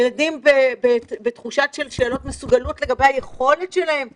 ילדים בתחושה של שאלות מסוגלות לגבי היכולת שלהם להתפתח.